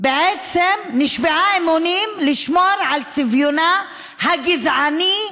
בעצם נשבעה אמונים לשמור על צביונה הגזעני,